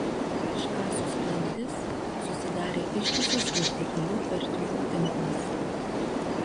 iškasus klintis susidarė ištisas vertikalių ertmių tinklas